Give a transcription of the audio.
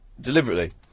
deliberately